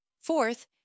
Fourth